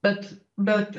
bet bet